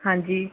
ਹਾਂਜੀ